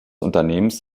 unternehmens